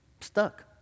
stuck